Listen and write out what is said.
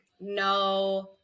no